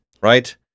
right